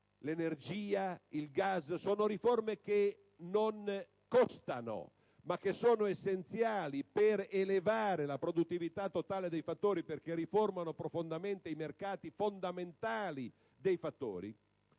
Si tratta di riforme che non costano, ma sono essenziali per elevare la produttività totale dei fattori perché riformano profondamente i mercati fondamentali dei fattori.